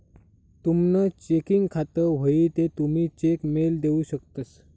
तुमनं चेकिंग खातं व्हयी ते तुमी चेक मेल देऊ शकतंस